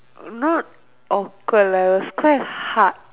not awkward lah it was quite hard